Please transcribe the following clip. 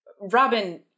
Robin